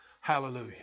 Hallelujah